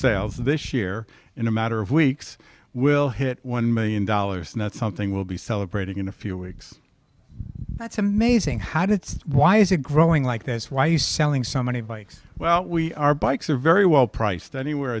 sales this year in a matter of weeks will hit one million dollars and that's something we'll be celebrating in a few weeks that's amazing how did so why is it growing like this why is selling so many bikes well we our bikes are very well priced anywhere